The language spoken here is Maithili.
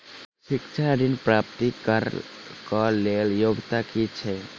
शिक्षा ऋण प्राप्त करऽ कऽ लेल योग्यता की छई?